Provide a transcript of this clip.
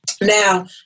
Now